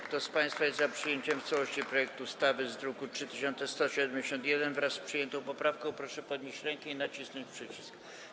Kto z państwa jest za przyjęciem w całości projektu ustawy w brzmieniu z druku 3171, wraz z przyjętą poprawką, proszę podnieść rękę i nacisnąć przycisk.